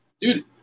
Dude